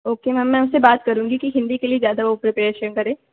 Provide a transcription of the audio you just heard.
okay ma'am मैं उनसे बात करुँगी कि हिंदी के लिए ज़्यादा वह प्रिपरेशन करे